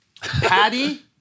Patty